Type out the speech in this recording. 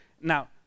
now